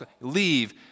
leave